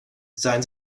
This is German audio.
sein